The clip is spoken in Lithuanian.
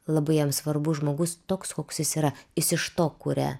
labai jam svarbus žmogus toks koks jis yra jis iš to kuria